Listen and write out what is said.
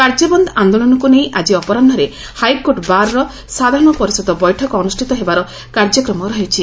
କାର୍ଯ୍ୟ ବନ୍ଦ ଆଦୋଳନକୁ ନେଇ ଆଜି ଅପରାହ୍ରରେ ହାଇକୋର୍ଟ ବାର୍ର ସାଧାରଣ ପରିଷଦ ବୈଠକ ଅନୁଷ୍ଠିତ ହେବାର କାର୍ଯ୍ୟକ୍ମ ରହିଛି